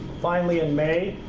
finally in may,